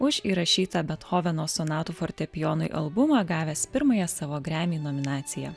už įrašytą bethoveno sonatų fortepijonui albumą gavęs pirmąją savo gremy nominaciją